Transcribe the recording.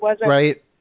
right